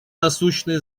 насущной